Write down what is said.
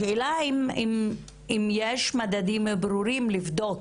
השאלה אם יש מדדים ברורים לבדוק